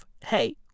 Hey